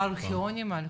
הארכיונים הלכו.